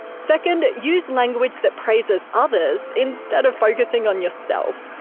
second, use language that praises others instead of focusing on yourself!